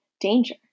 Danger